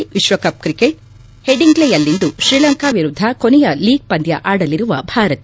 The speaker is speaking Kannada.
ಐಸಿಸಿ ವಿಶ್ವಕಪ್ ಕ್ರಿಕೆಟ್ ಹೆಡಿಂಗ್ಲೆಯಲ್ಲಿಂದು ಶ್ರೀಲಂಕಾ ವಿರುದ್ದ ಕೊನೆಯ ಲೀಗ್ ಪಂದ್ವ ಆಡಲಿರುವ ಭಾರತ